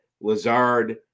Lazard